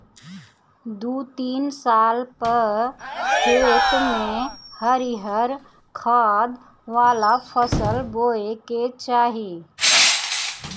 दू तीन साल पअ खेत में हरिहर खाद वाला फसल बोए के चाही